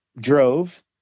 drove